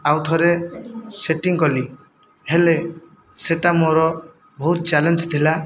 ଆଉଥରେ ସେଟିଂ କଲି ହେଲେ ସେ'ଟା ମୋ'ର ବହୁତ ଚ୍ୟାଲେଞ୍ଜ ଥିଲା